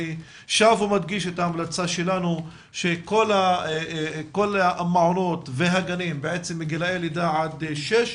אני שב ומדגיש את ההמלצה שלנו שכל המעונות והגנים מגילאי לידה עד שש